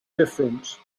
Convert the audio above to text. difference